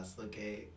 okay